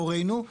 הורינו,